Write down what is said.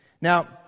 Now